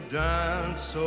dance